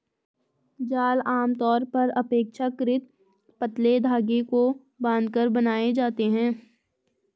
जाल आमतौर पर अपेक्षाकृत पतले धागे को बांधकर बनाए जाते हैं